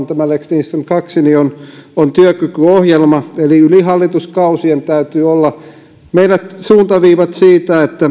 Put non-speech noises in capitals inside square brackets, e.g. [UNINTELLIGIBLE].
[UNINTELLIGIBLE] tämä lex lindström kaksi on osa on työkykyohjelma eli yli hallituskausien täytyy olla meillä suuntaviivat siitä